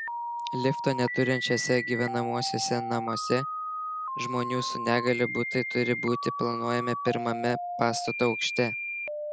lifto neturinčiuose gyvenamuosiuose namuose žmonių su negalia butai turi būti planuojami pirmame pastato aukšte